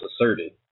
asserted